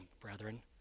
brethren